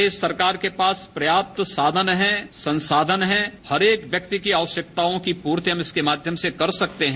प्रदेश सरकार के पास पर्याप्त साधर है संसाधन है हर एक व्यक्ति की आवश्यकताओं की पूर्ति हम इसके माध्यम से कर सकते है